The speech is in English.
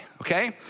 okay